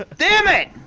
but damn it!